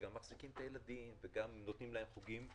אם מחזיקים את הילדים וגם נותנים להם חוגים,